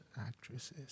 actresses